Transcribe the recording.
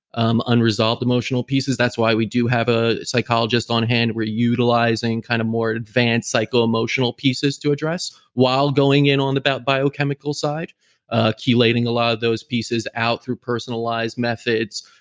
um unresolved emotional pieces, that's why we do have a psychologist on hand. we're utilizing kind of more and advanced psycho emotional pieces to address while going in on the biochemical side ah chelating a lot of those pieces out through personalized methods,